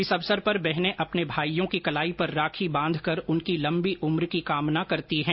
इस अवसर पर बहनें अपने भाईयों की कलाई पर राखी बांधकर उनकी लंबी उम्र की कामना करती है